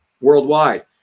worldwide